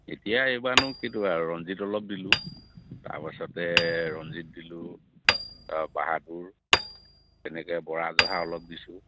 এতিয়া এইবাৰনো কিটো আৰু ৰঞ্জিত অলপ দিলোঁ তাৰপাছতে ৰঞ্জিত দিলোঁ তাৰপৰা বাহাদুৰ তেনেকৈ বৰা জহা অলপ দিছোঁ